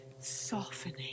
softening